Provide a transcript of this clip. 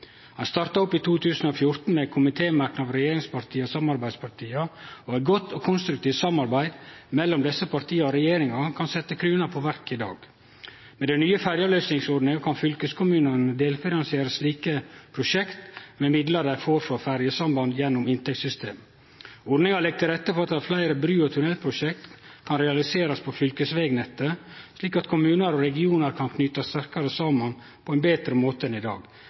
Ein starta opp i 2014 med ein komitémerknad frå regjeringspartia og samarbeidspartia, og eit godt og konstruktivt samarbeid mellom desse partia og regjeringa gjer at vi kan setje krona på verket i dag. Med den nye ferjeavløysingsordninga kan fylkeskommunane delfinansiere slike prosjekt med midlar dei får for ferjesambandet gjennom inntektssystemet. Ordninga legg til rette for at fleire bru- og tunnelprosjekt kan realiserast på fylkesvegnettet, slik at kommunar og regionar kan knytast sterkare saman på ein betre måte enn i dag.